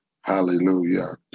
hallelujah